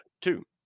two